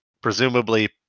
presumably